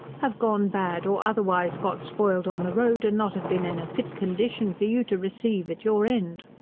have gone bad or otherwise got spoiled on the road, and not have been in a fit condition for you to receive at your end?